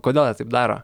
kodėl jie taip daro